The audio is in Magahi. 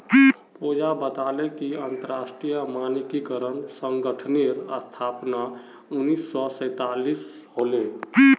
पूजा बताले कि अंतरराष्ट्रीय मानकीकरण संगठनेर स्थापना उन्नीस सौ सैतालीसत होले